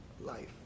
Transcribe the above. life